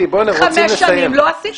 חמש שנים לא עשיתם את זה.